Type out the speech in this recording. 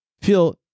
feel